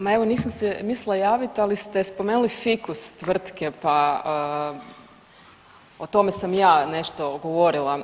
Ma evo nisam se mislila javit, ali ste spomenuli fikus tvrtke, pa o tome sam ja nešto govorila.